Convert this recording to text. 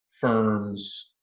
firms